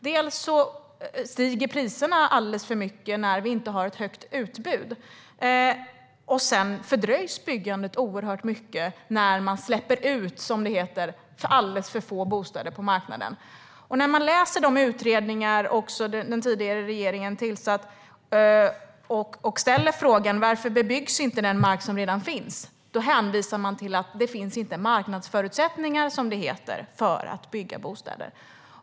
Dels stiger priserna alldeles för mycket när vi inte har ett högt utbud, dels fördröjs byggandet oerhört mycket när man "släpper ut" alldeles för få bostäder på marknaden. När man läser de utredningar som den tidigare regeringen tillsatte och ställer frågan varför den mark som redan finns inte bebyggs hänvisas det till att det inte finnas "marknadsförutsättningar" för att bygga bostäder.